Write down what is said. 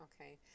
okay